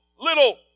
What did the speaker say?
little